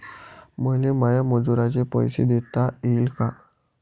मले माया मजुराचे पैसे देता येईन का?